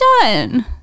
done